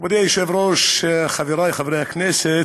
מכובדי היושב-ראש, חבריי חברי הכנסת,